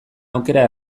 aukera